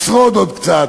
לשרוד עוד קצת.